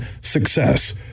success